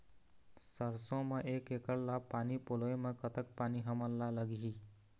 सरसों म एक एकड़ ला पानी पलोए म कतक पानी हमन ला लगही?